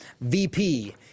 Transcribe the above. VP